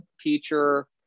teacher